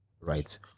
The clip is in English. right